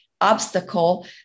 obstacle